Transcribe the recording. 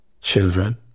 children